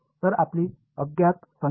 तर आपली अज्ञात संख्या